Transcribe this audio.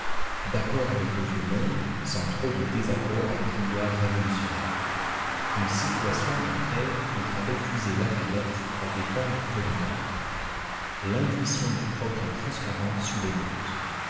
d'accord avec le vieux monde sans trop de désaccord avec l'idéal révolutionnaire une situation dans laquelle il fallait user lafayette à défendre polignac l'intuition du progrès transparent sous l'émeute